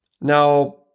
Now